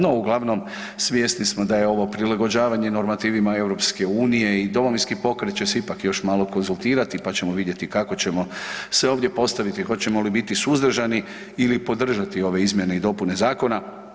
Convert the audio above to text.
No, uglavnom svjesni smo da je ovo prilagođavanje normativima Europske unije i Domovinski pokret će se ipak još malo konzultirati, pa ćemo vidjeti kao ćemo se ovdje postaviti, hoćemo li biti suzdržani ili podržati ove izmjene i dopune zakona.